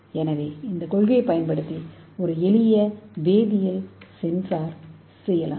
எனவே இந்த கொள்கையைப் பயன்படுத்தி ஒரு எளிய வேதியியல் சென்சார் செய்யலாம்